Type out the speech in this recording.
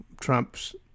Trump's